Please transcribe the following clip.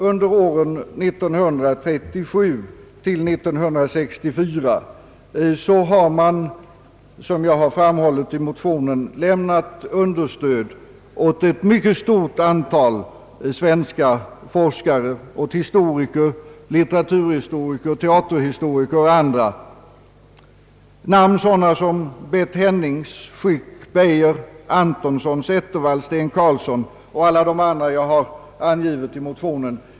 Under åren 1937—1964 har sällskapet emellertid, såsom jag framhållit i motionen, lämnat understöd åt ett mycket stort antal svenska forskare, bl.a. åt historiker, litteraturhistoriker och teaterhistoriker, personer som Beth Hennings, Henrik Schäck, Agne Beijer, Oscar Antonsson, Åke Setterwall och Sten Carlsson och andra som jag angivit i motionen.